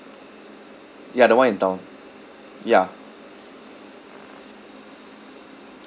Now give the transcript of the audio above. ya the one in town ya